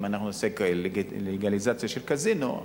אם נעשה לגליזציה של קזינו,